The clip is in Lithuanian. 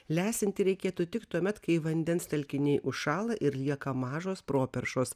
lesinti reikėtų tik tuomet kai vandens telkiniai užšąla ir lieka mažos properšos